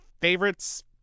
favorites